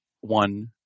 One